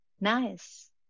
nice